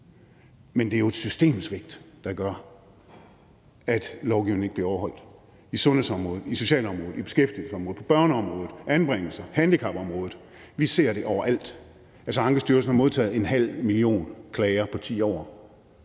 Men det er jo et systemsvigt, der gør, at lovgivningen ikke bliver overholdt – på sundhedsområdet, socialområdet, beskæftigelsesområdet, børneområdet, anbringelser, handicapområdet. Vi ser det overalt. Altså, Ankestyrelsen har modtaget en halv million klager på 10 år.